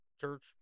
church